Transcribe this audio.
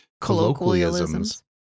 colloquialisms